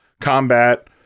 combat